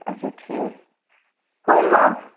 اچھا ٹھیٖک ہُم